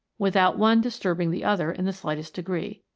without one disturbing the other in the slightest degree.